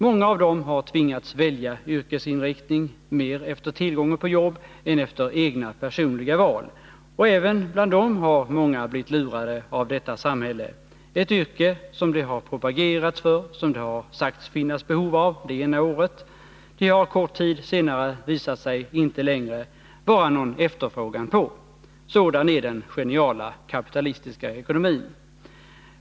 Många av dem har tvingats välja yrkesinriktning mer efter tillgången på jobb än efter egna, personliga önskemål. Och även bland dem som valt på detta sätt har många blivit lurade av detta samhälle —i ett yrke som det har propagerats för och där det fanns behov av folk, enligt vad som sagts det ena året, har det kort tid senare visat sig inte längre vara någon efterfrågan på arbetskraft. Sådan är den geniala kapitalistiska ekonomin.